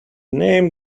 name